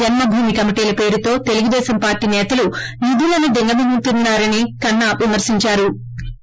జన్మభూమి కమిటీల పేరుతో తెలుగుదేశం పార్టీ నేతలు నిధులను దిగమింగుతున్నా రని కన్నా విమర్పించారు